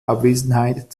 abwesenheit